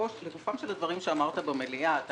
לגופם של הדברים שאמרת במליאה - אתה